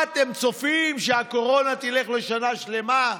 מה, אתם צופים שהקורונה תלך שנה שלמה?